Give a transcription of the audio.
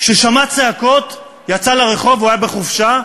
ששמע צעקות, יצא לרחוב, הוא היה בחופשה,